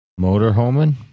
Motorhoming